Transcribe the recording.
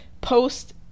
post